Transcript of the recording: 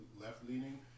left-leaning